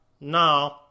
no